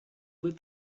lit